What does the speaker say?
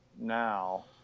now